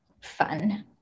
fun